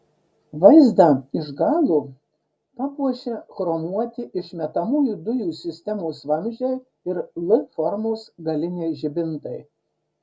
vaizdą iš galo papuošia chromuoti išmetamųjų dujų sistemos vamzdžiai ir l formos galiniai žibintai